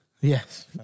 Yes